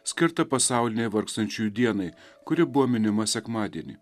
skirtą pasaulinei vargstančiųjų dienai kuri buvo minima sekmadienį